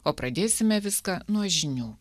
o pradėsime viską nuo žinių